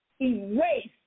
erase